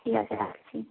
ঠিক আছে রাখছি